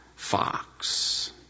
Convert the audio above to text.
Fox